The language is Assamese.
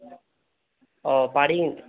অঁ পাৰি কিন্তু